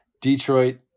Detroit